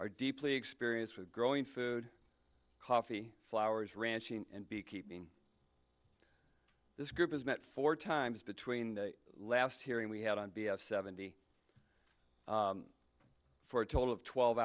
are deeply experience with growing food coffee flowers ranching and be keeping this group has met four times between the last hearing we had on b f seventy for a total of twelve